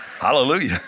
Hallelujah